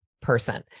person